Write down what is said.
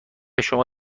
شما